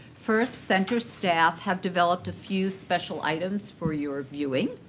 first, center staff have developed a few special items for your viewing.